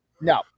No